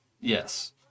Yes